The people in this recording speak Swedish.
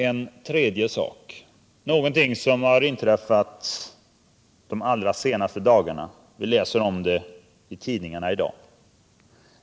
En tredje sak — någonting som har inträffat de allra senaste dagarna, vi läser om det i tidningarna i dag.